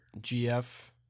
GF